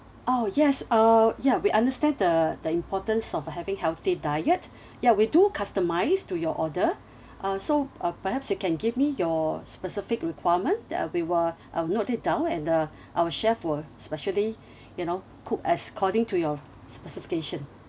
oh yes err ya we understand the the importance of uh having healthy diet ya we do customise to your order uh so uh perhaps you can give me your specific requirement then we will I will note it down and uh our chef will specially you know cook as according to your specification